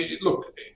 Look